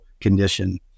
condition